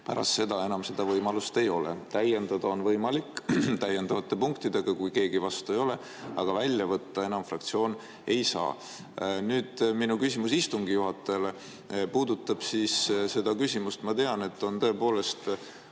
Pärast seda enam seda võimalust ei ole olnud. Täiendada on võimalik täiendavate punktidega, kui keegi vastu ei ole, aga neid välja võtta enam fraktsioon ei saa. Nüüd, minu küsimus istungi juhatajale puudutab järgmist teemat. Ma tean, et tõepoolest